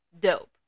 dope